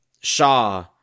Shaw